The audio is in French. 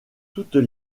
toutes